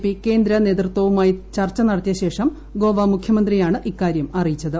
P കേന്ദ്ര നേതൃത്വവുമായി ചർച്ച നടത്തിയ ശേഷം ഗോവ മുഖ്യമന്ത്രയാണ് ഇക്കാര്യം അറിയിച്ചത്